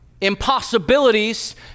impossibilities